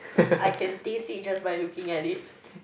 I can taste it just by looking at it